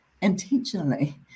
intentionally